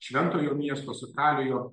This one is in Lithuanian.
šventojo miesto sakraliojo